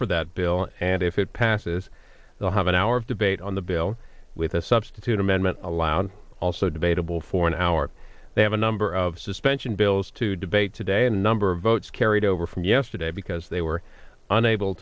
for that bill and if it passes the have an hour of debate on the bill with a substitute amendment allowed also debatable for an hour they have a number of suspension bills to debate today a number of votes carried over from yesterday because they were unable